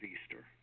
Easter